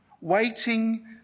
waiting